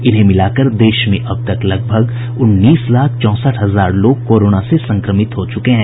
इन्हें मिलाकर देश में अब तक करीब उन्नीस लाख चौंसठ हजार लोग कोरोना से संक्रमित हो चुके हैं